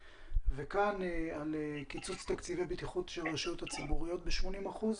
וכאן עלה נושא קיצוץ תקציבי בטיחות של הרשויות המקומיות ב-80 אחוזים.